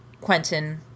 Quentin